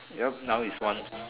yup now is one